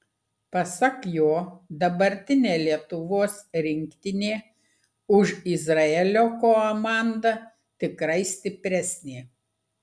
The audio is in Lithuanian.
pasak jo dabartinė lietuvos rinktinė už izraelio komandą tikrai stipresnė